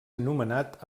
anomenat